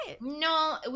No